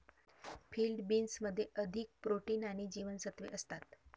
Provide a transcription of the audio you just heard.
field बीन्समध्ये अधिक protein आणि जीवनसत्त्वे असतात